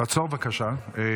תעצור, בבקשה.